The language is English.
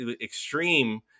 extreme